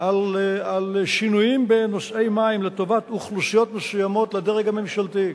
על שינויים בנושאי מים לטובת אוכלוסיות מסוימות לדרג הממשלתי,